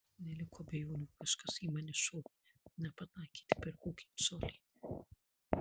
neliko abejonių kažkas į mane šovė bet nepataikė tik per kokį colį